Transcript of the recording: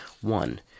One